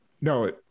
no